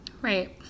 Right